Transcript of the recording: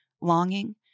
longing